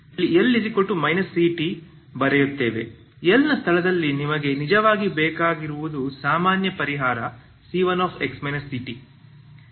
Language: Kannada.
l ನ ಸ್ಥಳದಲ್ಲಿ ನಿಮಗೆ ನಿಜವಾಗಿ ಬೇಕಾಗಿರುವುದು ಸಾಮಾನ್ಯ ಪರಿಹಾರ c1x ct